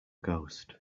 ghost